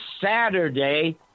Saturday